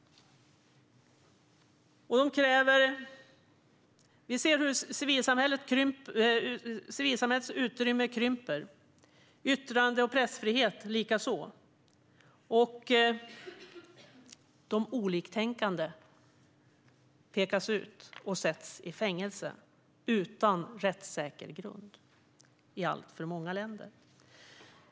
Vi ser hur civilsamhällets utrymme krymper, likaså yttrandefrihet och pressfrihet. De oliktänkande pekas ut och sätts i fängelse utan rättssäker grund i alltför många länder.